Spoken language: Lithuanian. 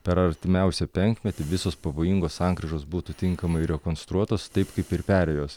per artimiausią penkmetį visos pavojingos sankryžos būtų tinkamai rekonstruotos taip kaip ir perėjos